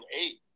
Eight